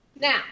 now